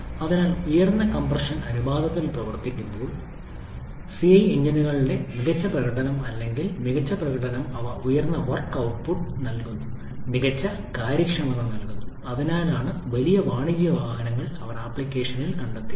അതിനാൽ ഉയർന്ന കംപ്രഷൻ അനുപാതത്തിൽ പ്രവർത്തിക്കുന്നതിനാൽ സിഐ എഞ്ചിനുകളുടെ മികച്ച പ്രകടനം അല്ലെങ്കിൽ മികച്ച പ്രകടനം അവ ഉയർന്ന വർക്ക് output ട്ട്പുട്ട് നൽകുന്നു മികച്ച കാര്യക്ഷമത നൽകുന്നു അതിനാലാണ് വലിയ വാണിജ്യ വാഹനങ്ങളിൽ അവർ ആപ്ലിക്കേഷൻ കണ്ടെത്തിയത്